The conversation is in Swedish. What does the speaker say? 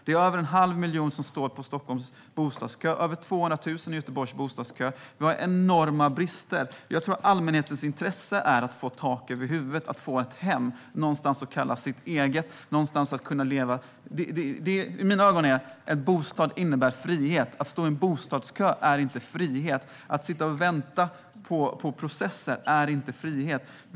Det är över 500 000 som står i Stockholms bostadskö, och det är över 200 000 som står i Göteborgs bostadskö. Vi har enorma brister. Jag tror att allmänhetens intresse är att man ska få tak över huvudet, att få ett hem, att få en bostad som man kan kalla sin egen och att få någonstans där man leva sitt liv. I mina ögon innebär en bostad en frihet. Att stå i en bostadskö är inte frihet. Att sitta och vänta på processer är inte frihet.